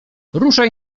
ruszaj